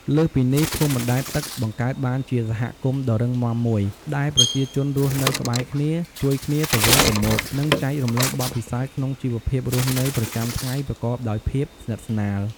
លើសពីនេះ ភូមិបណ្ដែតទឹកបង្កើតបានជាសហគមន៍ដ៏រឹងមាំមួយ ដែលប្រជាជនរស់នៅក្បែរគ្នា ជួយគ្នាទៅវិញទៅមក និងចែករំលែកបទពិសោធន៍ក្នុងជីវភាពរស់នៅប្រចាំថ្ងៃប្រកបដោយភាពស្និទ្ធស្នាល។